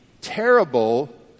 terrible